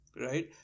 Right